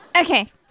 Okay